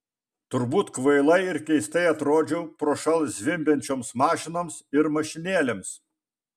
turbūt kvailai ir keistai atrodžiau prošal zvimbiančioms mašinoms ir mašinėlėms